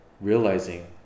realizing